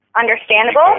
Understandable